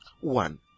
One